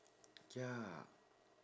ya